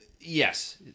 Yes